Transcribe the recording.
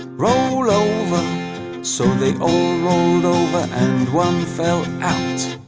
roll over so they all rolled over and one fell out